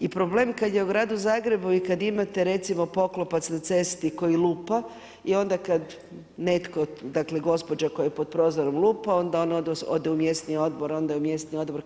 I problem kad je u Gradu Zagrebu i kad imate recimo poklopac na cesti koji lupa i onda kad netko, dakle, gospođa koja pod prozorom lupa onda ona ode u mjesni odbor, onda mjesni odbor